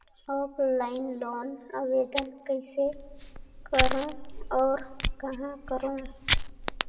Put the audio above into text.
Offline loan आवेदन कइसे करो और कहाँ करो?